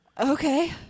Okay